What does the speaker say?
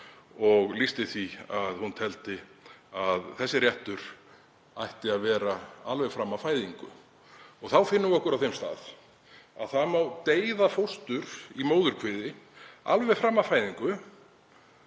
og lýsti því að hún teldi að þessi réttur ætti að vera alveg fram að fæðingu. Þá finnum við okkur á þeim stað að það má deyða fóstur í móðurkviði alveg fram að fæðingu